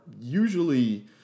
usually